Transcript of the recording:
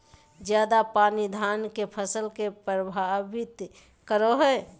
ज्यादा पानी धान के फसल के परभावित करो है?